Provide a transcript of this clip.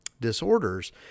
disorders